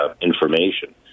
information